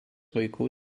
vaikų